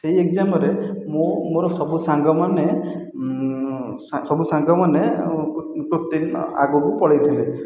ସେଇ ଏକଜାମରେ ମୁଁ ମୋର ସବୁ ସାଙ୍ଗମାନେ ସବୁ ସାଙ୍ଗମାନେ ଗୋଟେଦିନ ଆଗକୁ ପଳାଇଥିଲେ